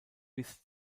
bis